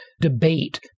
debate